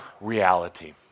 reality